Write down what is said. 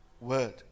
Word